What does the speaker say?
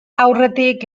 aurretik